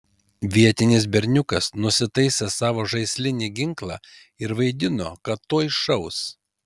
vietinis berniukas nusitaisė savo žaislinį ginklą ir vaidino kad tuoj šaus